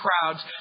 crowds